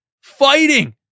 fighting